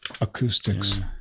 acoustics